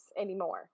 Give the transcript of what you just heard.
anymore